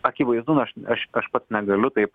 akivaizdu aš aš aš pats negaliu taip